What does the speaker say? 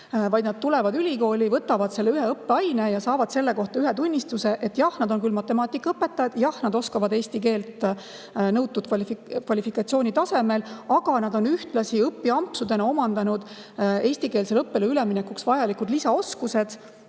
vaid nad tulevad ülikooli, võtavad selle ühe õppeaine ja saavad selle kohta tunnistuse. Jah, nad on näiteks matemaatikaõpetajad, jah, nad oskavad eesti keelt nõutud kvalifikatsioonitasemel, aga nad on õpiampsudega ühtlasi omandanud eestikeelsele õppele üleminekuks vajalikud lisaoskused,